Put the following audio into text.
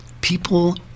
people